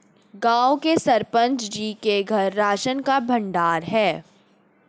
गांव के सरपंच जी के घर राशन का भंडार है